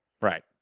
Right